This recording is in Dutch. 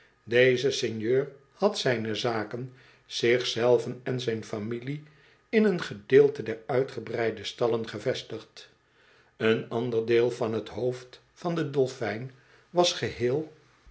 deze sinjeur had zijne zaken zich zelven en zijn familie in een gedeelte der uitgebreide stallen gevestigd een ander deel van t hoofd van den dolfijn was geheel